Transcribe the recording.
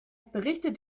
berichtet